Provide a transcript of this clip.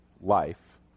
life